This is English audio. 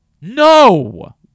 No